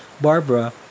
Barbara